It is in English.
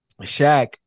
Shaq